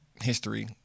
history